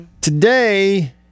Today